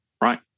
Right